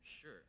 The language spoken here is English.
sure